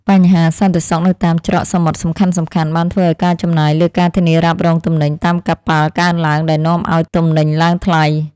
បញ្ហាសន្តិសុខនៅតាមច្រកសមុទ្រសំខាន់ៗបានធ្វើឱ្យការចំណាយលើការធានារ៉ាប់រងទំនិញតាមកប៉ាល់កើនឡើងដែលនាំឱ្យទំនិញឡើងថ្លៃ។